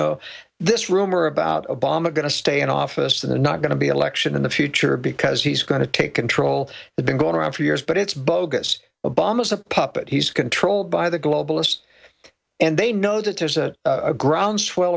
know this rumor about obama going to stay in office the not going to be election in the future because he's going to take control the been going around for years but it's bogus obama is a puppet he's controlled by the globalists and they know that there's a groundswell